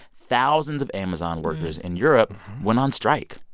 thousands of amazon workers in europe went on strike.